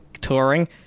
touring